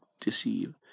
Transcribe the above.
deceive